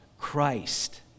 Christ